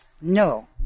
No